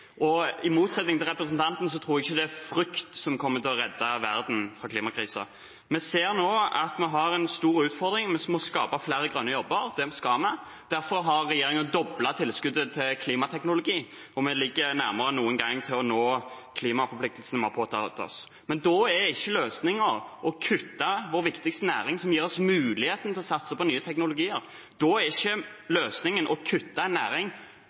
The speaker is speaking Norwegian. og i motsetning til representanten tror jeg ikke det er frukt som kommer til å redde verden fra klimakrisen. Vi ser nå at vi har en stor utfordring med å skape flere grønne jobber. Det skal vi, og derfor har regjeringen doblet tilskuddet til klimateknologi. Vi ligger nærmere enn noen gang med hensyn til å nå klimaforpliktelsene vi har påtatt oss. Men da er ikke løsningen å kutte vår viktigste næring, som gir oss muligheten til å satse på nye teknologier. Da er ikke løsningen å kutte